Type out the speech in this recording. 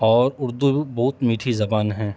اور اردو بہت میٹھی زبان ہے